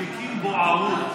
התיקים בוערו.